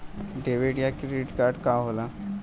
Debit या credit card का होला?